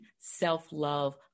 self-love